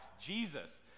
Jesus